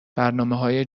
برنامههای